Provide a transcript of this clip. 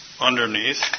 underneath